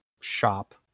shop